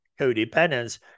codependence